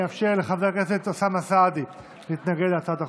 אני אאפשר לחבר הכנסת אוסאמה סעדי להתנגד להצעת החוק.